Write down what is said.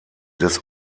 des